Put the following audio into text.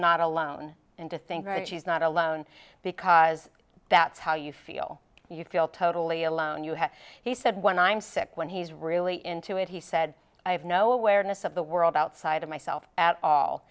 not alone and to think that she's not alone because that's how you feel you feel totally alone you have he said when i'm sick when he's really into it he said i have no awareness of the world outside of myself at all